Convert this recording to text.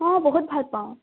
অঁ বহুত ভাল পাওঁ